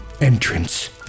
entrance